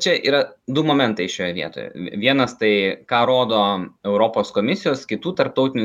čia yra du momentai šioje vietoje vienas tai ką rodo europos komisijos kitų tarptautinių